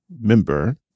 member